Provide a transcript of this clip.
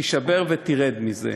תישבר ותרד מזה.